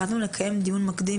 החלטנו לקיים דיון מקדים,